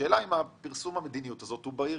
השאלה אם פרסום המדיניות הזאת הוא בהיר